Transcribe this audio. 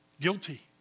Guilty